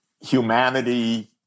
humanity